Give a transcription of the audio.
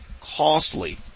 costly